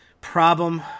problem